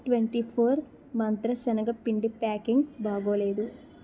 twenty four మంత్ర సెనగ పిండి ప్యాకింగ్ బాగోలేదు